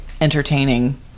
entertaining